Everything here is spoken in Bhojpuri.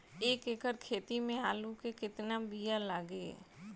एक एकड़ खेती में आलू के कितनी विया लागी?